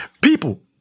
People